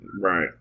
Right